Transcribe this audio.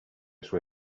sue